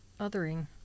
othering